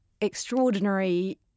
extraordinary